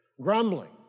Grumbling